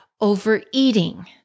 overeating